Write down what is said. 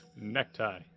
Necktie